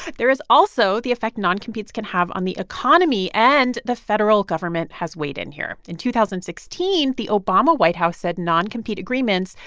there is also the effect non-competes can have on the economy, and the federal government has weighed in here. in two thousand and sixteen, the obama white house said non-compete agreements,